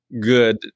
good